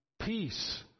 peace